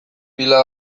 pila